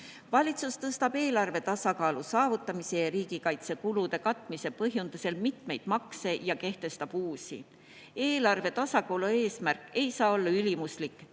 Valitsus tõstab eelarve tasakaalu saavutamise ja riigikaitsekulude katmise põhjendusel mitmeid makse ja kehtestab uusi. Eelarve tasakaalu eesmärk ei saa olla ülimuslik